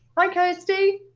hi kirsty